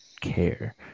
care